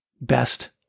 best